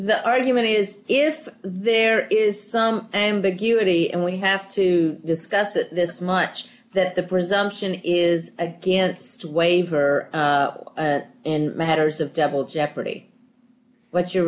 the argument is if there is some ambiguity and we have to discuss it this much that the presumption is against waiver in matters of double jeopardy but your